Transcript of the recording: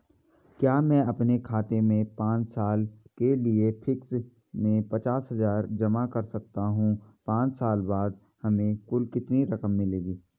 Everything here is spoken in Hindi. क्या मैं अपने खाते में पांच साल के लिए फिक्स में पचास हज़ार जमा कर सकता हूँ पांच साल बाद हमें कुल कितनी रकम मिलेगी?